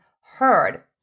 heard